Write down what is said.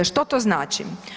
Što to znači?